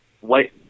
white